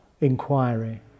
inquiry